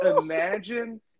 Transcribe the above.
Imagine